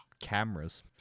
cameras